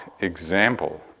example